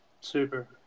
Super